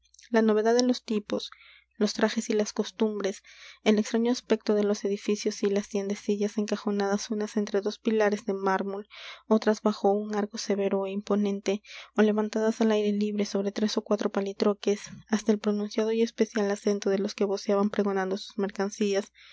la novedad de los tipos los trajes y las costumbres el extraño aspecto de los edificios y las tiendecillas encajonadas unas entre dos pilares de mármol otras bajo un arco severo é imponente ó levantadas al aire libre sobre tres ó cuatro palitroques hasta el pronunciado y especial acento de los que voceaban pregonando sus mercancías